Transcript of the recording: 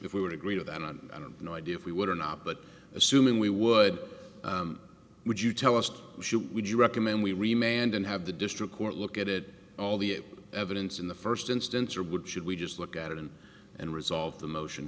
if we would agree to that and no idea if we would or not but assuming we would would you tell us to shoot would you recommend we remained and have the district court look at it all the evidence in the first instance or would should we just look at it and and resolve the motion